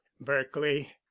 berkeley